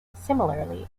similarly